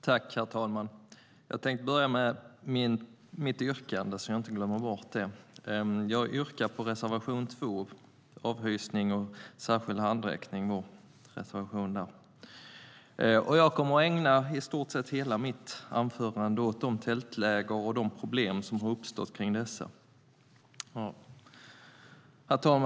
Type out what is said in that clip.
Herr talman! Jag tänkte börja med mitt yrkande, så att jag inte glömmer bort det. Jag yrkar bifall till reservation 2 om avhysning och särskild handräckning. Herr talman!